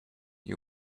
you